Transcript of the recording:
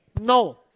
no